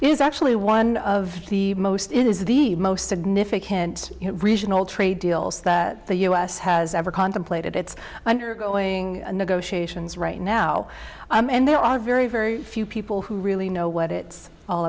is actually one of the most is the most significant regional trade deals that the u s has ever contemplated it's undergoing negotiations right now and there are very very few people who really know what it's all